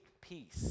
peace